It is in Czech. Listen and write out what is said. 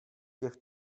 jak